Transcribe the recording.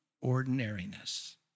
ordinariness